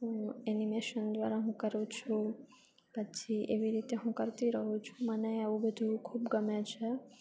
હું એનિમેશન દ્વારા હું કરું છું પછી એવી રીતે હું કરતી રહું છું મને એવું બધું એવું ખૂબ ગમે છે